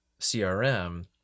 CRM